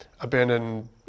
abandoned